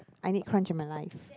I need crunch in my life